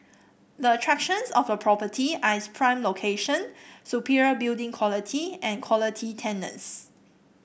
the attractions of the property are its prime location superior building quality and quality tenants